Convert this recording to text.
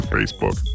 Facebook